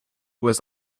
was